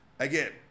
Again